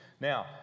now